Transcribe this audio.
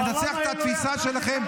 ננצח את התפיסה שלכם,